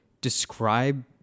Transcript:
describe